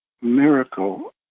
miracle